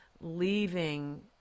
leaving